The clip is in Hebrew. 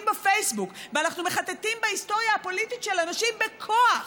בפייסבוק ואנחנו מחטטים בהיסטוריה הפוליטית של אנשים בכוח